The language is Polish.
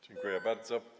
Dziękuję bardzo.